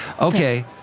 Okay